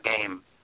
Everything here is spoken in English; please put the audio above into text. game